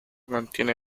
contiene